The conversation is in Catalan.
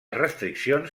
restriccions